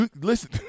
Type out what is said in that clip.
Listen